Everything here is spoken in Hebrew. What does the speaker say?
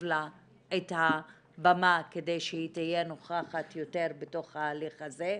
לה את הבמה כדי שהיא תהיה נוכחת יותר בתוך ההליך הזה.